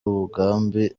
umugambi